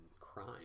crime